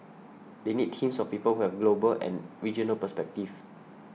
they need teams of people who have and regional perspective